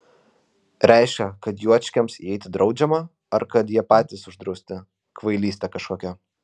reiškia kad juočkiams įeiti draudžiama ar kad jie patys uždrausti kvailystė kažkokia